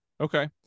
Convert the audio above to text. Okay